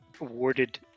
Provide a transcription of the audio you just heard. awarded